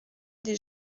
des